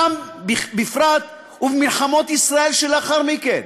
שם בפרט ובמלחמות ישראל שלאחר מכן.